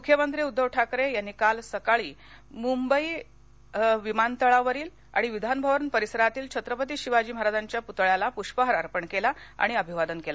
मुख्यमंत्री उद्दव ठाकरे यांनी काल सकाळी मुंबई विमानतळावरील आणि विधानभवन परिसरातील छत्रपती शिवाजी महाराज यांच्या पुतळ्यास पुष्पहार अर्पण केला आणि अभिवादन केलं